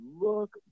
look